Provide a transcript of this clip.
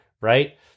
right